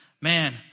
man